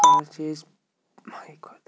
یہِ حظ چھِ أسۍ ہَاے خۄدایہِ